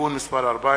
(תיקון מס' 14)